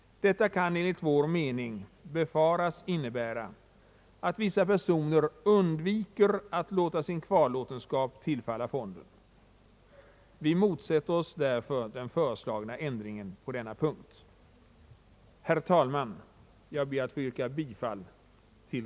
Detta kan enligt vår mening befaras innebära att vissa personer undviker att låta sin kvarlåtenskap tillfalla fonden. Vi motsätter oss därför den föreslagna ändringen på denna punkt. Herr talman, jag ber att få yrka bifall